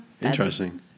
Interesting